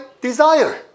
desire